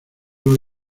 los